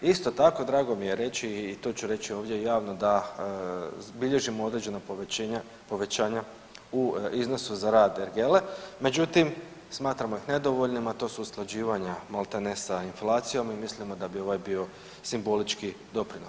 Isto tako drago mi je reći i to ću reći ovdje javno da bilježimo određena povećanja u iznosu za rad ergele međutim smatramo ih nedovoljnima, a to su usklađivanja maltene sa inflacijom i mislimo da bi ovaj bio simbolički doprinos.